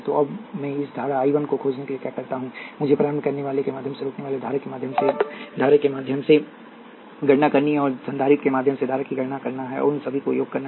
तो अब मैं इस धारा I 1 को खोजने के लिए क्या करता हूं मुझे प्रारंभ करनेवाला के माध्यम से रोकनेवाला धारा के माध्यम से धारा की गणना करनी है और संधारित्र के माध्यम से धारा की गणना करना है और उन सभी को योग करना है